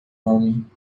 homem